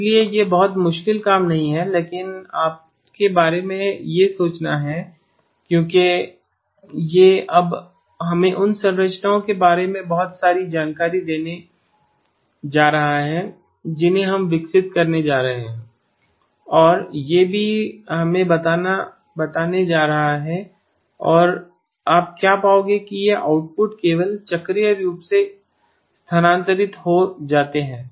इसलिए यह बहुत मुश्किल काम नहीं है लेकिन आपके बारे में कुछ सोचना है क्योंकि यह अब हमें उन संरचनाओं के बारे में बहुत सारी जानकारी देने जा रहा है जिन्हें हम विकसित करने जा रहे हैं और यह भी हमें बताने जा रहा है और आप क्या पाओगे कि ये आउटपुट केवल चक्रीय रूप से स्थानांतरित हो जाते हैं